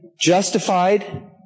Justified